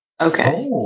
okay